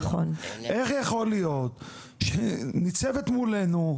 איך יכול להיות שניצבת מולנו,